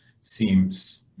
seems